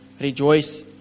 rejoice